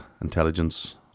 intelligence